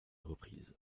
reprise